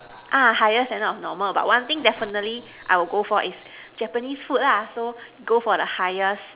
ah higher standard of normal but one thing definitely I would go for is Japanese food lah so go for the highest